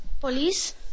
Police